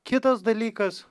kitas dalykas